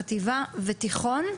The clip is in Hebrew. חטיבה ותיכון,